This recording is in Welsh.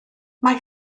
mae